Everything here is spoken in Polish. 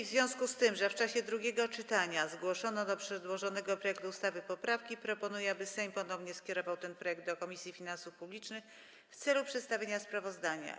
W związku z tym, że w czasie drugiego czytania zgłoszono do przedłożonego projektu ustawy poprawki, proponuję, aby Sejm ponownie skierował ten projekt do Komisji Finansów Publicznych w celu przedstawienia sprawozdania.